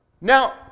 Now